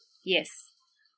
yes